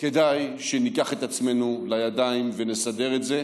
כדאי שניקח את עצמנו בידיים ונסדר את זה.